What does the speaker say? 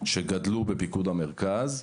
שגדלו בפיקוד המרכז.